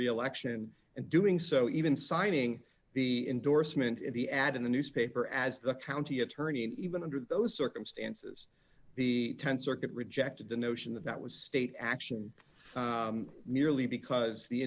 reelection and doing so even signing the endorsement in the ad in the newspaper as the county attorney and even under those circumstances the th circuit rejected the notion that that was state action merely because the